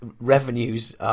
revenues